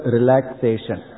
Relaxation